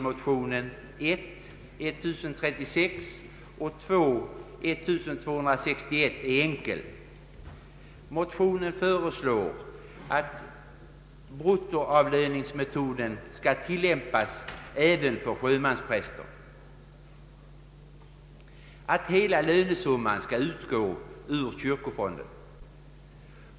Motionen föreslår att bruttoavlöningsmetoden skall tillämpas även för sjömanspräster och att hela lönesumman skall utgå ur kyrkofonden.